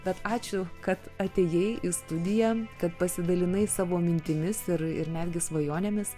bet ačiū kad atėjai į studiją kad pasidalinai savo mintimis ir ir netgi svajonėmis